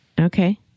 Okay